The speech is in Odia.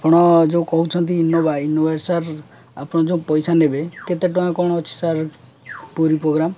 ଆପଣ ଯେଉଁ କହୁଛନ୍ତି ଇନୋଭା ଇନୋଭା ସାର୍ ଆପଣ ଯେଉଁ ପଇସା ନେବେ କେତେ ଟଙ୍କା କ'ଣ ଅଛି ସାର୍ ପୁରୀ ପ୍ରୋଗ୍ରାମ୍